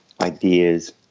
ideas